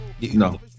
No